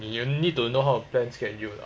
and you need to know how to plan schedule lah